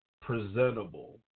presentable